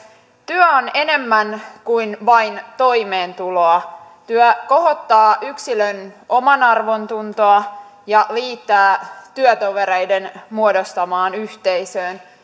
työ on enemmän kuin vain toimeentuloa työ kohottaa yksilön omanarvontuntoa ja liittää työtovereiden muodostamaan yhteisöön